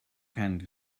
can